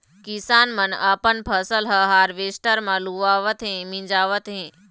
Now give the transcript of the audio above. किसान मन अपन फसल ह हावरेस्टर म लुवावत हे, मिंजावत हे